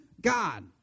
God